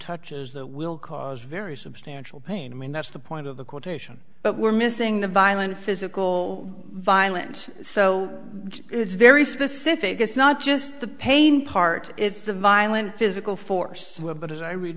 touches that will cause very substantial pain i mean that's the point of the quotation but we're missing the violent physical violence so it's very specific it's not just the pain part it's the violent physical force but as i read